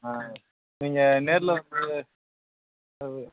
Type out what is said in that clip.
ஆ நீங்கள் நேரில் வந்து